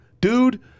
dude